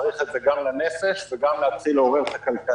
צריך את זה גם לנפש וגם כדי לעורר את הכלכלה.